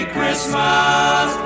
Christmas